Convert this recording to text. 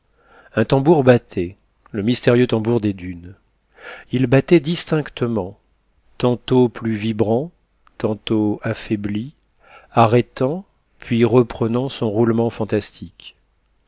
un tambour battait le mystérieux tambour des dunes il battait distinctement tantôt plus vibrant tantôt affaibli arrêtant puis reprenant son roulement fantastique